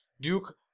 Duke